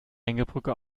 hängebrücke